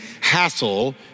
hassle